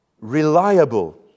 reliable